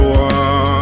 one